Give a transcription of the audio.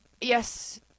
Yes